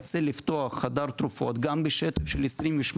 ארצה לפתוח חדר תרופות גם בשטח של 28